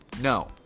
No